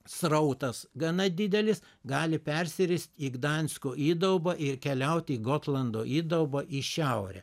srautas gana didelis gali persirist į gdansko įdaubą ir keliaut į gotlando įdaubą į šiaurę